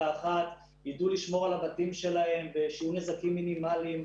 ידעו לשמור על הבתים שלהם ויהיו נזקים מינימליים,